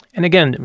and again,